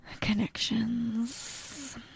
connections